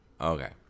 Okay